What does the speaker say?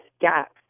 gaps